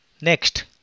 Next